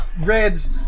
Red's